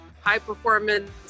High-performance